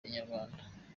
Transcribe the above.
inyarwanda